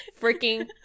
freaking